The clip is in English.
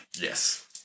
Yes